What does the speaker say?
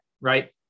right